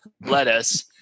lettuce